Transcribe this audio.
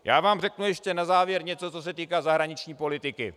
Já vám řeknu ještě na závěr něco, co se týká zahraniční politiky.